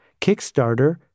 Kickstarter